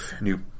new